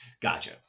Gotcha